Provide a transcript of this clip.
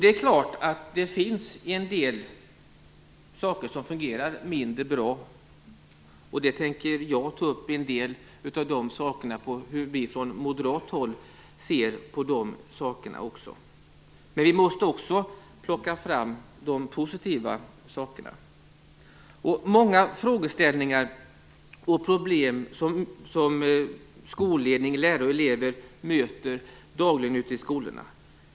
Det är klart att en del saker fungerar mindre bra, och jag tänker i mitt anförande ta upp hur vi moderater ser på de sakerna. Men vi måste också plocka fram det som är positivt. Det finns många frågor och problem som skolledning, lärare och elever möter dagligen ute i skolorna.